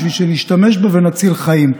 בשביל שנשתמש בה ונציל חיים.